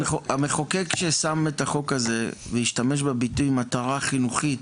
המחוקק ששם את החוק הזה והשתמש בביטוי מטרה חינוכית,